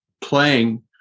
playing